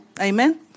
Amen